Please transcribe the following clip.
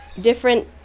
different